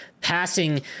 passing